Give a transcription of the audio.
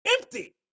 empty